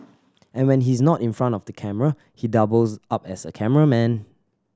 and when he's not in front of the camera he doubles up as a cameraman